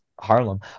harlem